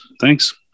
thanks